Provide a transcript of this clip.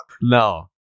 No